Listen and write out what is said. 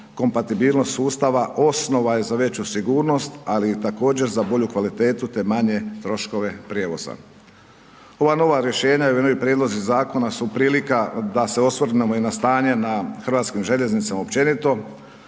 kompatibilnost sustava, osnova je za veću sigurnost ali također i za bolju kvalitetu te manje troškove prijevoza. Ova nova rješenja i ovi prijedlozi zakona su prilika da se osvrnemo i na stanje na hrvatskim željeznicama općenito.